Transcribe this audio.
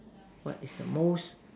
what is the most